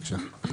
בבקשה.